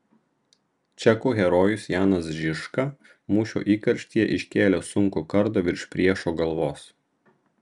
čekų herojus janas žižka mūšio įkarštyje iškėlė sunkų kardą virš priešo galvos